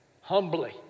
humbly